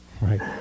right